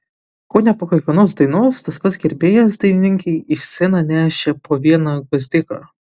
kone po kiekvienos dainos tas pats gerbėjas dainininkei į sceną nešė po vieną gvazdiką